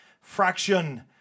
Fraction